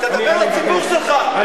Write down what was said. תדבר לציבור שלך,